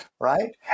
Right